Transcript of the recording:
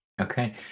Okay